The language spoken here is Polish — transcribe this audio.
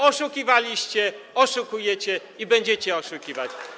oszukiwaliście, oszukujecie i będziecie oszukiwać.